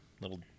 little